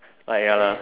like ya lah